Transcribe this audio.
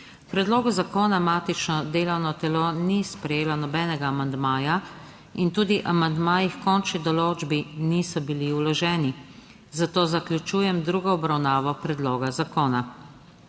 predlogu zakona matično delovno telo ni sprejelo nobenega amandmaja in tudi amandmaji h končni določbi niso bili vloženi, zato zaključujem drugo obravnavo predloga zakona.